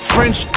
French